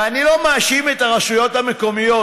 ואני לא מאשים את הרשויות המקומיות,